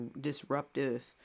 disruptive